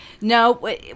no